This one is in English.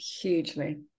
hugely